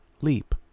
leap